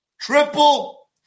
Triple